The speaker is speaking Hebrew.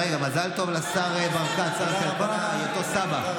רגע, מזל טוב לשר ברקת, שר הכלכלה, על היותו סבא.